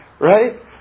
Right